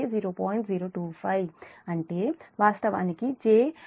025 అంటే వాస్తవానికి j10